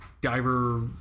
Diver